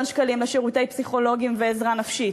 שקלים לשירותי פסיכולוגים ועזרה נפשית,